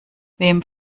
wem